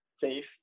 safe